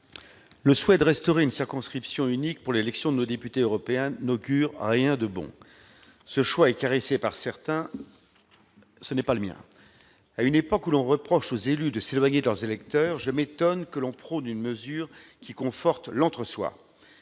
le souhait de restaurer une circonscription unique pour l'élection de nos députés européens n'augure rien de bon. Ce choix, caressé par certains, n'est pas le mien. À une époque où l'on reproche aux élus de s'éloigner de leurs électeurs, je m'étonne que l'on prône une mesure qui conforte l'entre-soi.